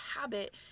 habit